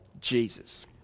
Jesus